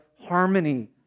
harmony